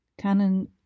Canon